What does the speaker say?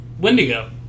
Wendigo